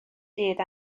dydd